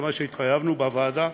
זה מה שהתחייבנו בוועדה,